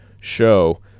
show